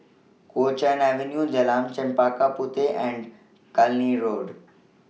Kuo Chuan Avenue Jalan Chempaka Puteh and Cluny Road